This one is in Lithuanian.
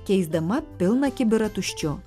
keisdama pilną kibirą tuščiu